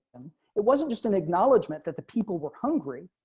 it wasn't just an acknowledgement that the people were hungry.